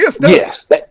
Yes